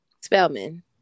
Spellman